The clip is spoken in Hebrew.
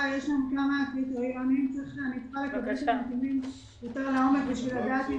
יש שם קריטריונים וצריך לבדוק יותר לעומק כדי לדעת אם